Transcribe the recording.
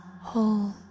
whole